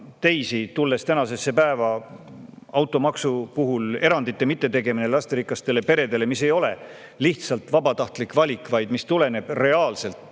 Tulles tänasesse päeva, automaksu puhul erandite mittetegemine lasterikastele peredele, [kellele auto omamine] ei ole lihtsalt vabatahtlik valik, vaid see tuleneb reaalselt